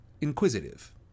inquisitive